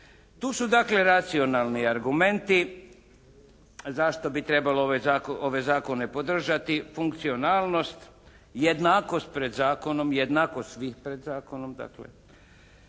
Tu su dakle racionalni argumenti zašto bi trebalo ove zakone podržati, funkcionalnost, jednakost pred zakonom, jednakost svih pred zakonom dakle